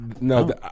No